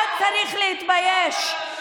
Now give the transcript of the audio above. אתה צריך להתבייש.